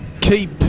keep